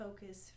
focus